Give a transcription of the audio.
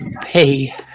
pay